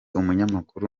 umunyamakuru